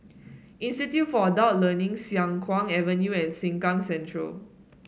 Institute for Adult Learning Siang Kuang Avenue and Sengkang Central